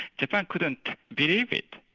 japan couldn't believe it.